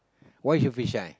why you feel so shy